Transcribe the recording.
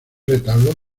retablo